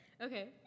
Okay